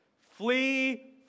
flee